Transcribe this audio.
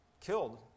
killed